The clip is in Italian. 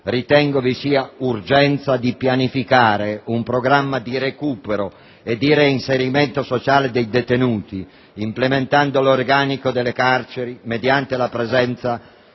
che vi sia urgenza di pianificare un programma di recupero e di reinserimento sociale dei detenuti, implementando l'organico delle carceri, mediante la presenza